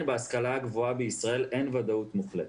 בהשכלה הגבוהה בישראל אין ודאות מוחלטת.